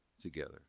together